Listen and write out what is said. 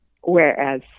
Whereas